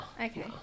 Okay